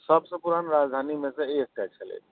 सभसँ पुरान राजधानीमे सँ एकटा छलै